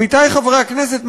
עמיתי חברי הכנסת,